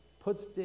puts